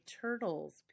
turtle's